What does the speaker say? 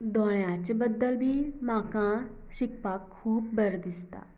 दोळ्याच्या बद्दल बी म्हाका शिकपाक खूब बरें दिसता